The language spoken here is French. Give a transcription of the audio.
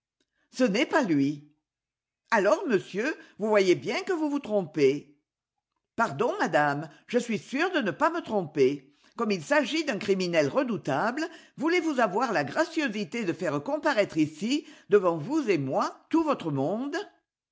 ce n'est pas lui alors monsieur vous voyez bien que vous vous trompez pardon madame je suis sûr de ne pas me tromper comme il s'agit d'un criminel redoutable voulez-vous avoir la gracieuseté de faire comparaître ici devant vous et moi tout votre monde